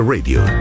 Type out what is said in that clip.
Radio